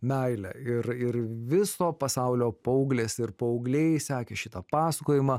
meilę ir ir viso pasaulio paauglės ir paaugliai sekė šitą pasakojimą